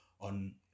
on